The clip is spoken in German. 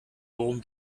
worum